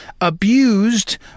abused